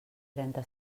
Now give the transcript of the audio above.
trenta